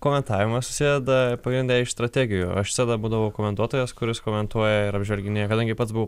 kvotavimas susėda pagrinde iš strategijų aš visada būdavau komentuotojas kuris komentuoja ir apžvalginėja kadangi pats buvau